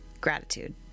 gratitude